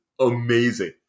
amazing